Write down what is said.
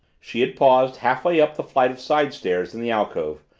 she had paused, half-way up the flight of side stairs in the alcove,